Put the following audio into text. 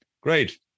Great